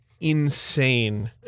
insane